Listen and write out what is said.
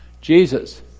Jesus